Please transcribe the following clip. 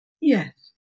Yes